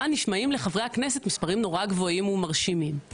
נשמעים לחברי הכנסת מספרים נורא גבוהים ומרשימים,